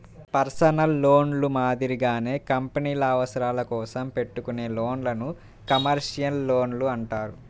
personal లోన్లు మాదిరిగానే కంపెనీల అవసరాల కోసం పెట్టుకునే లోన్లను కమర్షియల్ లోన్లు అంటారు